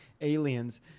aliens